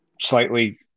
slightly